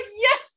yes